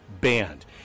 banned